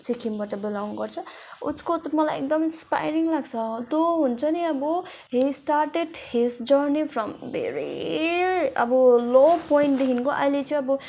सिक्किमबाट बिलङ गर्छ उसको चाहिँ मलाई एकदम इन्सपाइरिङ लाग्छ त्यो हुन्छ नि अब he started his journey from very अब लो पोइन्टदेखिको अहिले चाहिँ अब